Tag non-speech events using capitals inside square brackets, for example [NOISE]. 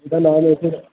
ਇਹਦਾ ਨਾਮ [UNINTELLIGIBLE]